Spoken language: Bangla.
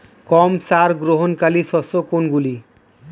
কম সার গ্রহণকারী শস্য কোনগুলি?